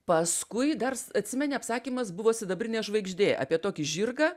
paskui dar s atsimeni apsakymas buvo sidabrinė žvaigždė apie tokį žirgą